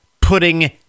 putting